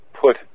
put